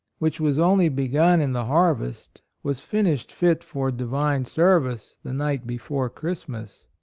which was only begun in the harvest, was finished fit for divine service the night before christmas.